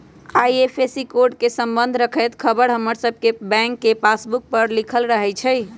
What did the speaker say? IFSC code से संबंध रखैत ख़बर हमर सभके बैंक के पासबुक पर लिखल रहै छइ